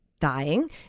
dying